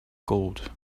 gold